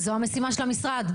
זו המשימה של המשרד.